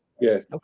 yes